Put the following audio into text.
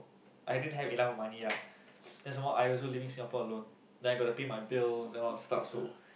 I didn't have enough money ah then some more I also living Singapore alone then I gonna pay my bill then all the stocks also